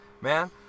man